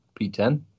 P10